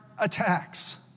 attacks